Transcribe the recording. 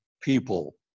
people